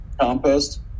Compost